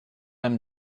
mme